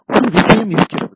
ஒரு விஷயம் இருக்கிறது